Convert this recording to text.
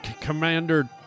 Commander